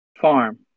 farm